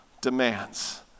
demands